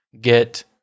get